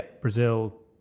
Brazil